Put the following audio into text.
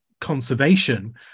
conservation